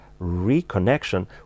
reconnection